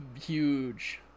huge